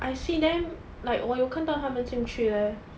I see them like 我有看到他们进去 eh